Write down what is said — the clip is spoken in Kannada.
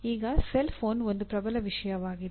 ಈಗ ಸೆಲ್ಫೋನ್ ಒಂದು ಪ್ರಬಲ ವಿಷಯವಾಗಿದೆ